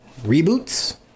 reboots